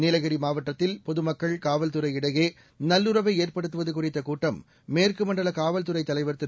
நீலகிரி மாவட்டத்தில் பொதுமக்கள் காவல்துறை இடையே நல்லுறவை ஏற்படுத்துவது குறித்த கூட்டம் மேற்கு மண்டல காவல்துறை தலைவர் திரு